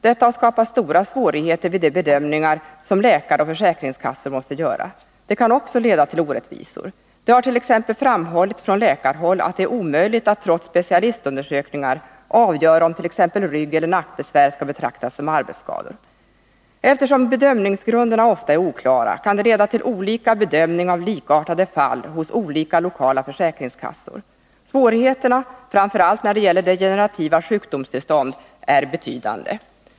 Detta har skapat stora svårigheter vid de bedömningar som läkare och försäkringskassor måste göra. Det kan också leda till orättvisor. Det har t.ex. framhållits från läkarhåll att det är omöjligt att, trots specialistundersökningar, avgöra om t.ex. ryggeller nackbesvär skall betraktas som arbetsskador. Eftersom bedömningsgrunderna ofta är oklara, kan det leda till olika bedömning av likartade fall hos olika lokala försäkringskassor. Svårigheterna, framför allt när det gäller degenerativa sjukdomstillstånd, är betydande.